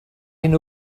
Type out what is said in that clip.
hyn